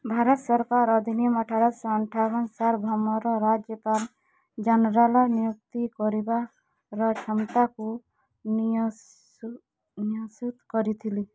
ଭାରତ ସରକାର ଅଧିନିୟମ ଅଠରଶହ ଅଠାବନ ସାର୍ବଭୌମରେ ରାଜ୍ୟପାଳ ଜେନେରାଲ୍ ନିଯୁକ୍ତ କରିବାର କ୍ଷମତାକୁ କରିଥିଲେ